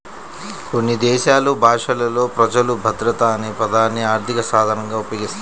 కొన్ని దేశాలు భాషలలో ప్రజలు భద్రత అనే పదాన్ని ఆర్థిక సాధనంగా ఉపయోగిస్తారు